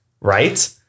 right